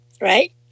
right